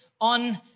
On